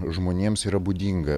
žmonėms yra būdinga